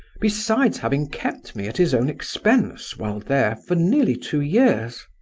besides having kept me at his own expense, while there, for nearly two years.